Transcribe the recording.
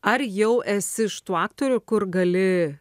ar jau esi iš tų aktorių kur gali